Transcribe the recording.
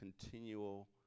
continual